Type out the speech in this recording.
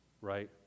right